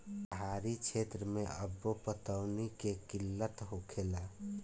पहाड़ी क्षेत्र मे अब्बो पटौनी के किल्लत होखेला